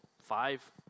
five